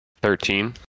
Thirteen